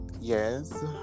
Yes